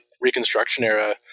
Reconstruction-era